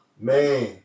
Man